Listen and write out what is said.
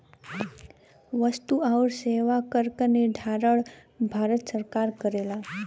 वस्तु आउर सेवा कर क निर्धारण भारत सरकार करेला